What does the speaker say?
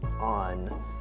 on